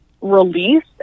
release